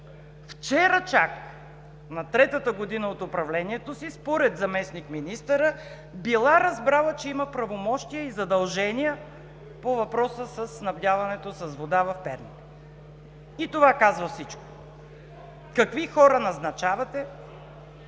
вчера чак, на третата година от управлението си, според заместник-министъра била разбрала, че има правомощия и задължения по въпроса със снабдяването с вода в Перник. И това казва всичко – какви хора назначавате,